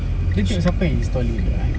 dia tengok siapa yang install juga eh